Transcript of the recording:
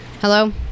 Hello